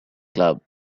club